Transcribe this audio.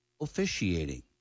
officiating